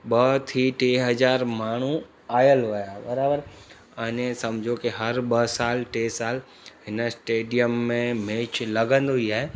ॿ थी टे हज़ार माण्हू आयल हुआ बराबरि अने सम्झो की हर ॿ साल टे साल हिन स्टेडियम में मैच लॻंदो ई आहे